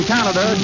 Canada